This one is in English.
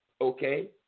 okay